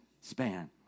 span